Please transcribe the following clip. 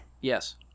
Yes